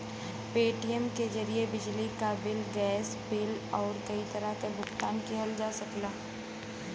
Paytm के जरिये बिजली क बिल, गैस बिल आउर कई तरह क भुगतान किहल जा सकला